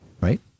right